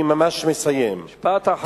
משפט אחרון.